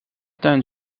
tuin